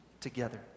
together